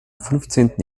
fünfzehnten